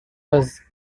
was